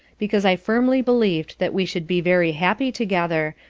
because i firmly believed that we should be very happy together,